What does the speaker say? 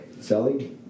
Sally